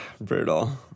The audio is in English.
Brutal